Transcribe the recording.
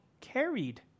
carried